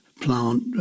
plant